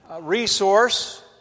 resource